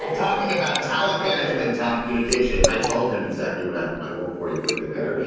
ah talking about talent management and talent communication, i told him exactly what happened. i won't bore you with it here,